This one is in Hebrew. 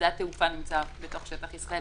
שדה התעופה נמצא בתוך שטח ישראל,